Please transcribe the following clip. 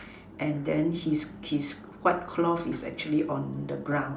and then his his white cloth is actually on the ground